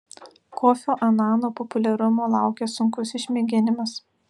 kofio anano populiarumo laukia sunkus išmėginimas